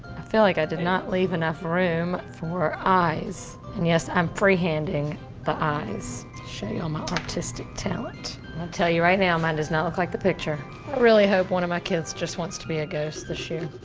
i feel like i did not leave enough room for eyes. and, yes, i'm free-handing the eyes. show y'all my artistic talent. and i'm gonna tell ya right now, mine does not look like the picture. i really hope one of my kids just wants to be a ghost this year.